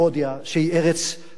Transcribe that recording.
שהיום היא ארץ מזמינת אורחים,